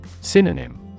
Synonym